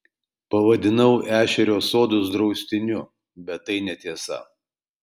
pavadinau ešerio sodus draustiniu bet tai netiesa